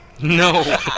No